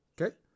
Okay